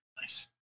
Nice